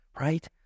right